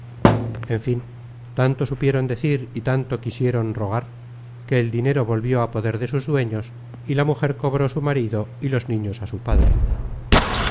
en fin tanto supieron decir y tanto quisieron rogar que el dinero volvió a poder de sus dueños y la mujer cobró su marido y los niños á su padre